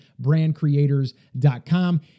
brandcreators.com